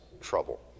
trouble